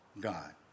God